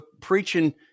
preaching